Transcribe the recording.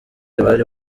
bari